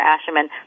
Asherman